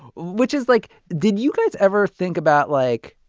which is, like, did you guys ever think about, like,